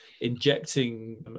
injecting